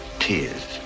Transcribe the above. tears